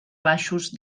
baixos